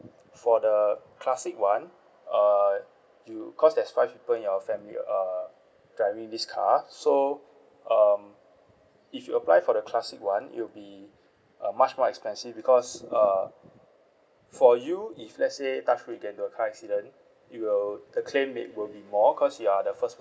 for the classic one uh you cause there's five people in your family uh driving this car so um if you apply for the classic one it will be uh much more expensive because uh for you if let's say touch wood you get into a car accident it will the claim made will be more cause you are the first